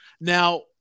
Now